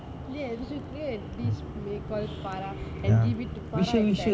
ya we should create a dish and we call it farah and give it to farah